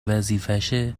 وظیفشه